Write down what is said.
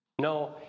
No